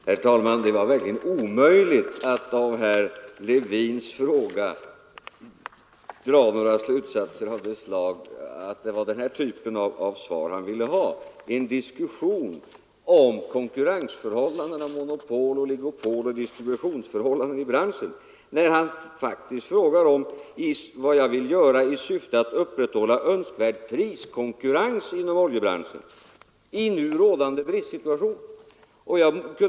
Herr talman! Det var verkligen omöjligt att av herr Levins fråga dra slutsatsen att han ville ha en diskussion om konkurrensförhållanden — monopol, oligopol osv. — och distributionsförhållanden i oljebranschen. Han frågade faktiskt om vad jag vill göra i syfte att upprätthålla önskvärd priskonkurrens inom oljebranschen i nu rådande bristsituation.